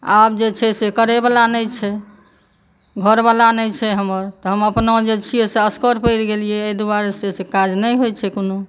आब जे छै से करै वाला नहि छै घरवाला नहि छै हमर तऽ हम अपनो जे छी से असगर पड़ि गेलियै एहि दुआरे से काज नहि होइ छै कोनो